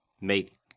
make